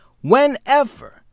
whenever